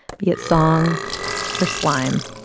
be it song or slime,